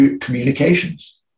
communications